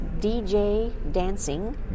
djdancing